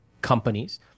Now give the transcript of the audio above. companies